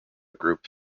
group